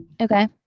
okay